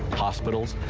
hospitals,